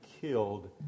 killed